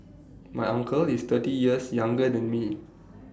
my uncle is thirty years younger than me